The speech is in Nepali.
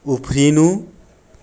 उफ्रिनु